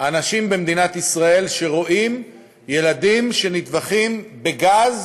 אנשים במדינת ישראל שרואים ילדים שנטבחים בגז